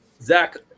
Zach